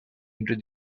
into